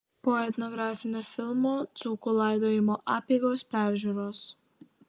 po etnografinio filmo dzūkų laidojimo apeigos peržiūros